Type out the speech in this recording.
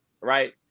right